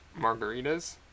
Margaritas